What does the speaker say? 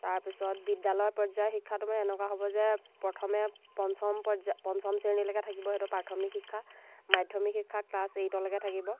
তাৰপিছত বিদ্যালয় পৰ্য্যায়ৰ শিক্ষাটো মানে এনেকুৱা হ'ব যে প্ৰথমে পঞ্চম পৰ্য্যায় পঞ্চম শ্ৰেণীলৈকে থাকিব সেইটো প্ৰাথমিক শিক্ষা মাধ্যমিক শিক্ষা ক্লাছ এইটলৈকে থাকিব